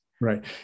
Right